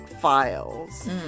Files